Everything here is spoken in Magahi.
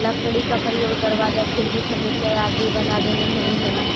लकड़ी के प्रयोग दरवाजा, खिड़की, फर्नीचर आदि बनावे में होवऽ हइ